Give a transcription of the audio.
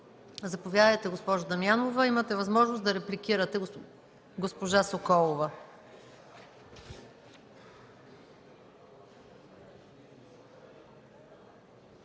Заповядайте, госпожо Дамянова – имате възможност да репликирате госпожа Соколова.